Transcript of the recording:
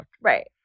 right